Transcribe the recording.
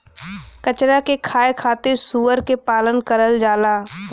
कचरा के खाए खातिर सूअर के पालन करल जाला